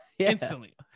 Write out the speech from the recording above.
instantly